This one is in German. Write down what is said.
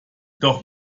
doch